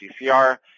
PCR